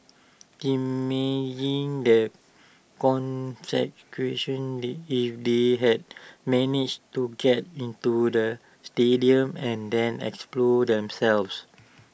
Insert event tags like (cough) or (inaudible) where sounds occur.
imagine the (unintelligible) if they had managed to get into the stadium and then exploded themselves